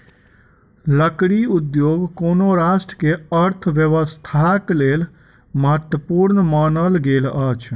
लकड़ी उद्योग कोनो राष्ट्र के अर्थव्यवस्थाक लेल महत्वपूर्ण मानल गेल अछि